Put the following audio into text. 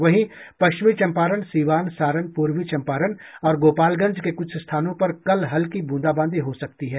वहीं पश्चिमी चंपारण सीवान सारण पूर्वी चंपारण और गोपालगंज के कुछ स्थानों पर कल हल्की ब्रंदाबांदी हो सकती है